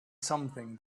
something